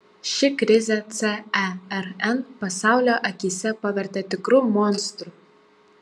ši krizė cern pasaulio akyse pavertė tikru monstru